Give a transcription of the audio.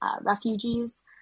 refugees